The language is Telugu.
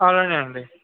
అలానే అండి